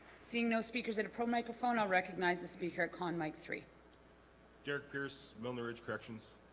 seeing no speakers at a pro microphone i'll recognize the speaker at con mic three derick pierce milner ridge corrections